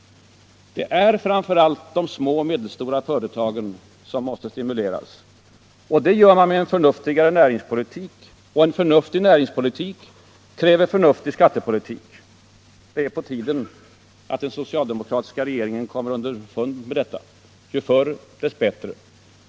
Det är framför allt de små och medelstora företagen som måste stimuleras. Det gör man med en förnuftig näringspolitik. Och förnuftig näringspolitik kräver förnuftig skattepolitik. Det är på tiden att den socialdemokratiska regeringen kommer underfund med detta. Ju förr dess bättre.